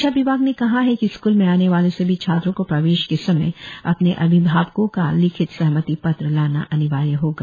शिक्षा विभाग ने कहा है कि स्कूल में आने वाले सभी छात्रों को प्रवेश के समय अपने अभिभावकों का लिखित सहमति पत्र लाना अनिवार्य होगा